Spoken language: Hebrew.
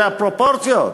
אלה הפרופורציות.